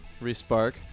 Re-spark